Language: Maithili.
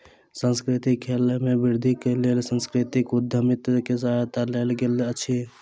सांस्कृतिक खेल में वृद्धिक लेल सांस्कृतिक उद्यमिता के सहायता लेल गेल अछि